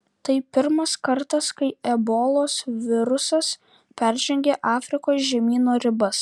tai pirmas kartas kai ebolos virusas peržengė afrikos žemyno ribas